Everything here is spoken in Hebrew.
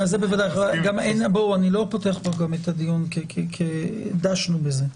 אני לא פותח פה את הדיון כי דשנו בזה.